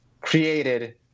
created